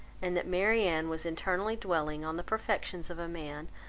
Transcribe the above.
and that marianne was internally dwelling on the perfections of a man,